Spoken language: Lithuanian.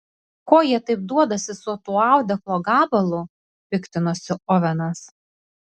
ko jie taip duodasi su tuo audeklo gabalu piktinosi ovenas